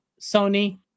Sony